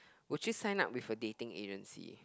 would you sign up with a dating agency